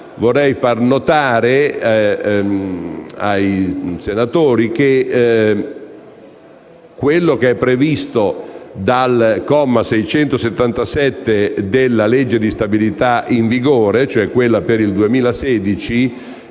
vorrei far notare ai senatori che quanto disposto dal comma 677 della legge di stabilità in vigore, cioè quella per il 2016,